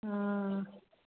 हाँ